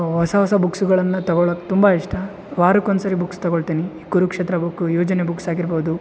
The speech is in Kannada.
ಹೊಸ ಹೊಸ ಬುಕ್ಸ್ಗಳನ್ನು ತಗೋಳೋಕ್ ತುಂಬ ಇಷ್ಟ ವಾರಕ್ಕೊಂದು ಸರಿ ಬುಕ್ಸ್ ತಗೋಳ್ತೀನಿ ಕುರುಕ್ಷೇತ್ರ ಬುಕ್ ಯೋಜನೆ ಬುಕ್ಸ್ ಆಗಿರ್ಬೋದು